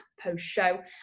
post-show